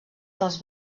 dels